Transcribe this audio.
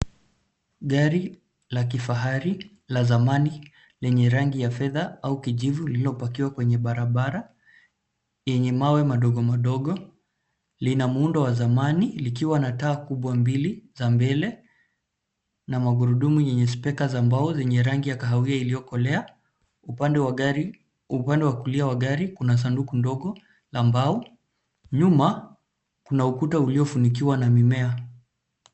Gari la kifahari na la zamani lenye rangi ya fedha au kijivu liliopakiwa kwenye barabara yenye mawe madogomadogo, lina muundo wa zamani likiwa na taa kubwa mbili za mbele na magurudumu yenye spyika za mbao zenye rangi ya kahawia iliokolea. Upande wa kulia wa gari kuna sanduku dogo la mbao, nyuma kuna ukuta uliofunikiwa na mimea.